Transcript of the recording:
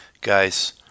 Guys